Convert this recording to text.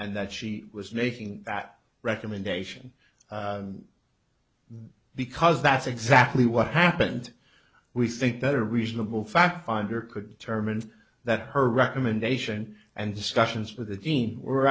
and that she was making that recommendation because that's exactly what happened we think that a reasonable fact finder could determine that her recommendation and discussions with the dean were